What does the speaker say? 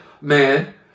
man